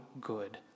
good